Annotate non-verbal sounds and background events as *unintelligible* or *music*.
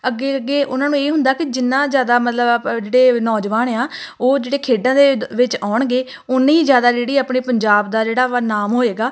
ਅੱਗੇ ਅੱਗੇ ਉਹਨਾਂ ਨੂੰ ਇਹ ਹੁੰਦਾ ਕਿ ਜਿੰਨਾ ਜ਼ਿਆਦਾ ਮਤਲਬ *unintelligible* ਜਿਹੜੇ ਨੌਜਵਾਨ ਆ ਉਹ ਜਿਹੜੇ ਖੇਡਾਂ ਦੇ ਵਿੱਚ ਆਉਣਗੇ ਉਨੀ ਜ਼ਿਆਦਾ ਜਿਹੜੀ ਆਪਣੇ ਪੰਜਾਬ ਦਾ ਜਿਹੜਾ ਵਾ ਨਾਮ ਹੋਏਗਾ